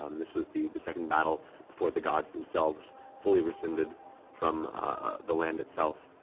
um this was the the second battle before the gods themselves fully rescinded from the land itself.